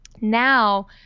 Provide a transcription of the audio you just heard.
now